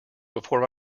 before